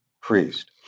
priest